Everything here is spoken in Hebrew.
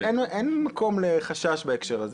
אין מקום לחשש בהקשר הזה.